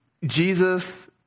Jesus